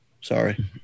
Sorry